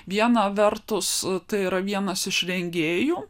viena vertus tai yra vienas iš rengėjų